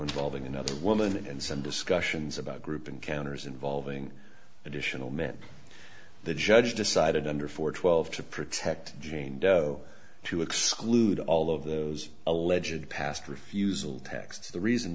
involving another woman and some discussions about group encounters involving additional men the judge decided under four twelve to protect jane doe to exclude all of those allegedly past refusal texts the reason